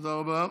תודה רבה.